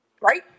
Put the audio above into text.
Right